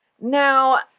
Now